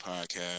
Podcast